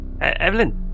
Evelyn